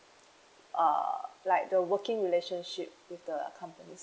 uh like the working relationship with the company